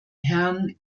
herrn